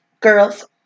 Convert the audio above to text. girls